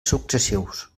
successius